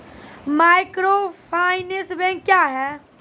Microfinance bank क्या हैं?